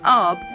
up